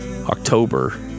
October